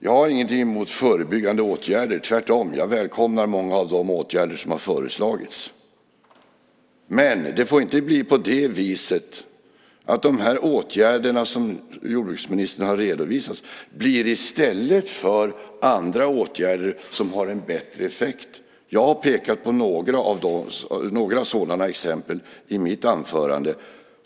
Jag har inget emot förebyggande åtgärder. Tvärtom. Jag välkomnar många av de åtgärder som har föreslagits. Men de åtgärder som jordbruksministern har redovisat kommer i stället för andra åtgärder som har bättre effekt. Jag har pekat på några sådana exempel i mitt anförande.